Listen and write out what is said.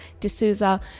D'Souza